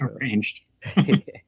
arranged